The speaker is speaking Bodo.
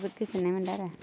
जोबोद गोजोननाय मोनदों आरो